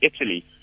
Italy